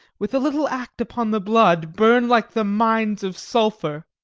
with a little act upon the blood, burn like the mines of sulphur